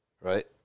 right